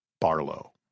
Barlow